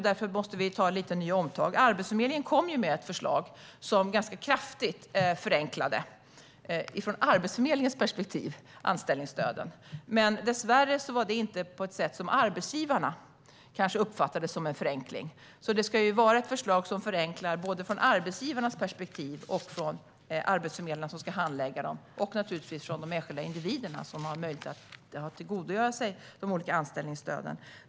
Därför måste vi göra några omtag. Arbetsförmedlingen kom ju med ett förslag som ganska kraftigt förenklade anställningsstöden från Arbetsförmedlingens perspektiv. Dessvärre var det inte på ett sätt som arbetsgivarna kanske uppfattade som en förenkling. Det ska ju vara ett förslag som förenklar både från arbetsgivarnas perspektiv, för arbetsförmedlarna som ska handlägga ärendena och naturligtvis för de enskilda individernas som har möjlighet att tillgodogöra sig de olika anställningsstöden.